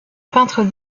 peintre